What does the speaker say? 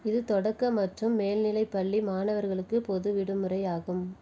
இது தொடக்க மற்றும் மேல்நிலைப் பள்ளி மாணவர்களுக்கு பொது விடுமுறையாகும்